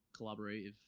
collaborative